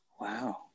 Wow